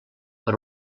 per